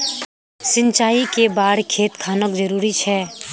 सिंचाई कै बार खेत खानोक जरुरी छै?